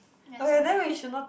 that's why